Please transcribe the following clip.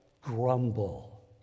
grumble